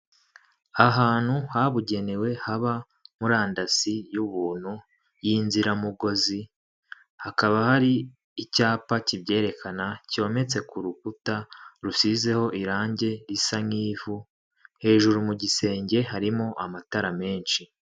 Ahantu habugenewe haba murandasi y'ubuntu y'inziramugozi, hakaba hari icyapa kibyerekana cyometse ku rukuta rusizeho irangi risa nk'ivu, hejuru mu gisenge harimo amatara menshi.